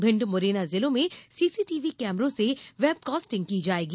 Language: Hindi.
भिंड मुरैना जिलों में सीसीटीवी कैमरों से बेवकास्टिंग की जायेगी